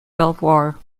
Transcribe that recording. belvoir